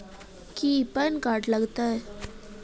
की PAN card लग तै?